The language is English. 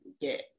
get